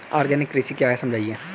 Organic कृषि क्या है समझाइए?